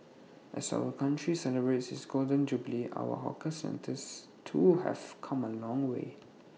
as our country celebrates its Golden Jubilee our hawker centres too have come A long way